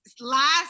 last